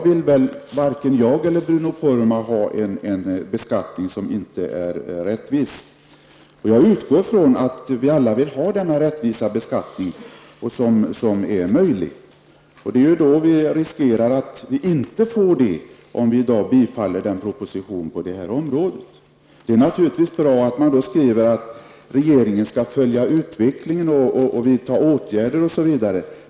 Varken jag eller Bruno Poromaa vill ha en beskattning som inte är rättvis. Jag utgår ifrån att vi alla vill ha en beskattning som är så rättvis som möjligt. Vi riskerar att inte få det på detta område om vi i dag bifaller propositionen. Det är naturligtvis bra att utskottet skriver att regeringen skall följa utvecklingen och vidta åtgärder osv.